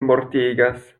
mortigas